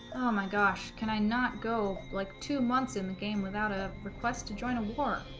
my gosh can i not go like two months in the game without a request to join a war